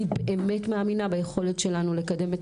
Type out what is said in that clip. אני באמת מאמינה ביכולת שלנו לקדם את